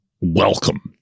welcome